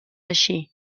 així